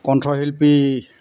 কণ্ঠশিল্পী